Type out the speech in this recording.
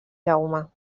jaume